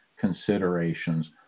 considerations